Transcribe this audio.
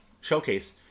showcase